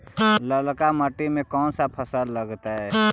ललका मट्टी में कोन फ़सल लगतै?